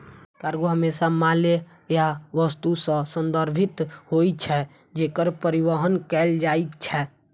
cargo हमेशा माल या वस्तु सं संदर्भित होइ छै, जेकर परिवहन कैल जाइ छै